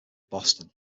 boston